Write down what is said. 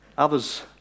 others